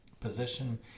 position